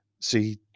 See